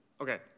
Okay